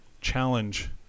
challenge